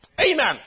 Amen